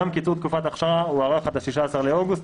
גם קיצור תקופת האכשרה הוארך עד ה-16 באוגוסט,